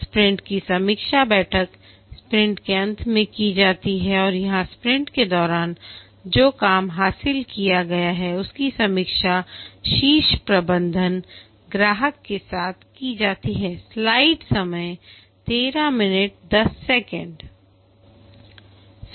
sprint की समीक्षा बैठक स्प्रिंट के अंत में की जाती है और यहां स्प्रिंट के दौरान जो काम हासिल किया गया है उसकी समीक्षा शीर्ष प्रबंधन ग्राहक के साथ की जाती है